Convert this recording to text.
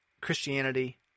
Christianity